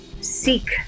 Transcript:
seek